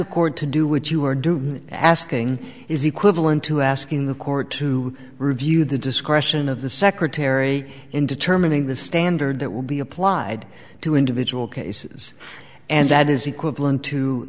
accord to do what you are doing asking is equivalent to asking the court to review the discretion of the secretary in determining the standard that will be applied to individual cases and that is equivalent to